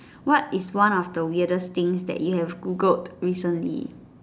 what is one of the weirdest thing that you have Googled recently